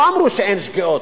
לא אמרו שאין שגיאות.